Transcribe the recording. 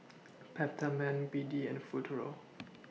Peptamen B D and Futuro